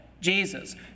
Jesus